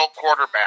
quarterback